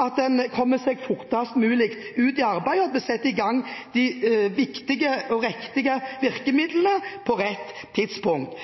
at en kommer seg fortest mulig ut i arbeid, og at de viktige og riktige virkemidlene blir satt i gang på rett tidspunkt.